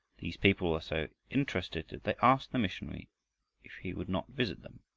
these people were so interested that they asked the missionary if he would not visit them.